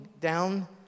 down